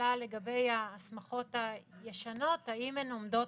השאלה לגבי ההסמכות הישנות האם הן עומדות